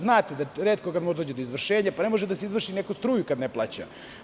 Znate da retko kad može da dođe do izvršenja, pa ne može da se izvrši i kad neko struju ne plaća.